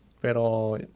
pero